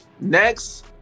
Next